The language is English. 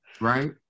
right